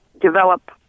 develop